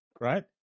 right